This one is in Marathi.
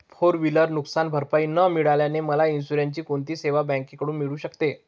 फोर व्हिलर नुकसानभरपाई न मिळाल्याने मला इन्शुरन्सची कोणती सेवा बँकेकडून मिळू शकते?